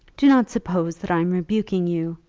do not suppose that i am rebuking you.